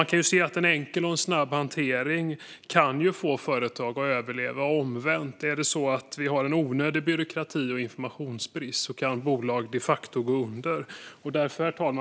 Man kan se att en enkel och snabb hantering kan få företag att överleva. Omvänt kan onödig byråkrati och informationsbrist innebära att bolag de facto går under.